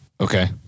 Okay